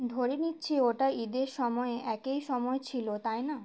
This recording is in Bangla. ধরে নিচ্ছি ওটা ঈদের সময়ে একই সময় ছিল তাই না